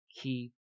keep